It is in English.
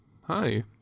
hi